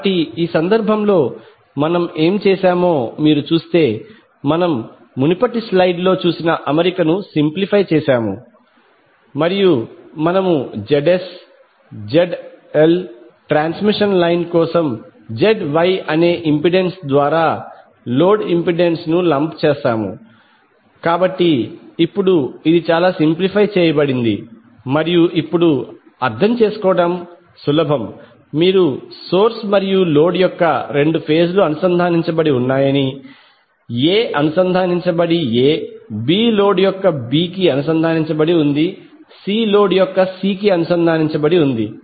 కాబట్టి ఈ సందర్భంలో మనము ఏమి చేశామో మీరు చూస్తే మనము మునుపటి స్లైడ్లో చూసిన అమరికను సింప్లిఫై చేశాము మరియు మనము Zs Zl ట్రాన్స్మిషన్ లైన్ కోసం మరియు ZYఅనే ఇంపెడెన్స్ ద్వారా లోడ్ ఇంపెడెన్స్ ను లంప్ చేసాము కాబట్టి ఇప్పుడు ఇది చాలా సింప్లిఫై చేయబడింది మరియు ఇప్పుడు అర్థం చేసుకోవడం సులభం మీరు సోర్స్ మరియు లోడ్ యొక్క రెండు ఫేజ్ లు అనుసంధానించబడి ఉన్నాయని A అనుసంధానించబడి A B లోడ్ యొక్క B కి అనుసంధానించబడి ఉంది C లోడ్ యొక్క C కి అనుసంధానించబడి ఉంది